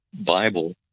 Bible